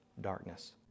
darkness